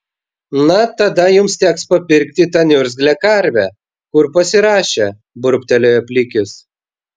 na tada jums teks papirkti tą niurgzlę karvę kur pasirašė burbtelėjo plikis